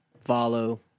follow